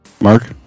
Mark